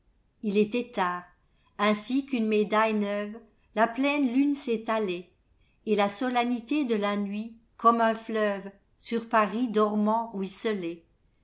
il était tard ainsi qu'une médaille neuve la pleine lune s'étalait et la solennité de la nuit comme un fleuve sur paris dormant ruisselait